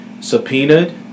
subpoenaed